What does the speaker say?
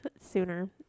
sooner